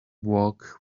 walk